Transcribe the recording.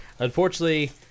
Unfortunately